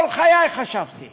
כל חיי חשבתי